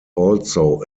also